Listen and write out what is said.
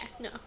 no